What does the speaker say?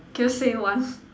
can you say one